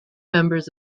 members